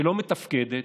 שלא מתפקדת